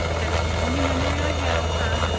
that is the only memory i have of her.